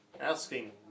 asking